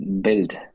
build